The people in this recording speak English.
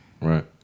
Right